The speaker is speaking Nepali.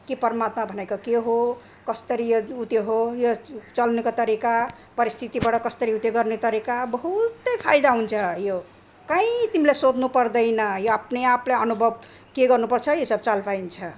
के परमात्मा भनेको के हो कस्तरी यो उत्यो हो यो चल्नुको तरिका परिस्थितिबाट कस्तरी उत्यो गर्ने तरिका बहुतै फाइदा हुन्छ यो कहीँ तिमीलाई सोध्नु पर्दैन यो आप्ने आपलाई अनुभव के गर्नुपर्छ यो सब चाल पाइन्छ